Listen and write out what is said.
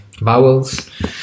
vowels